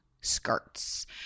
skirts